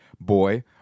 boy